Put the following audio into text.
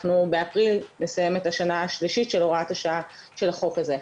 ובאפריל נסיים את השנה השלישית של הוראת השעה של החוק הזה.